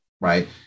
right